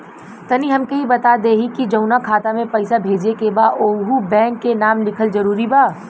तनि हमके ई बता देही की जऊना खाता मे पैसा भेजे के बा ओहुँ बैंक के नाम लिखल जरूरी बा?